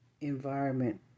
environment